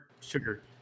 sugar